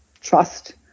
trust